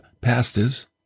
pastors